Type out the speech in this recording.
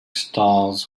stalls